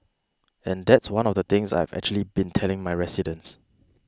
and that's one of the things that I've actually been telling my residents